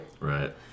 Right